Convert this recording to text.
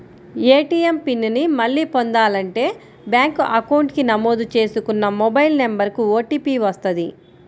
ATM pin ని మళ్ళీ పొందాలంటే బ్యేంకు అకౌంట్ కి నమోదు చేసుకున్న మొబైల్ నెంబర్ కు ఓటీపీ వస్తది